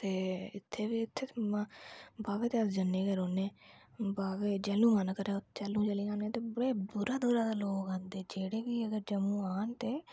ते इत्थै बी उत्थै ते आं बावे ते अस जन्ने के रौह्ने आं बाह्वे जैल्लूं मन करै जैल्लूं चली जन्ने ते बड़े दूरां दूरां दा लोग आंदे जेह्ड़े बी अगर जम्मू आन ते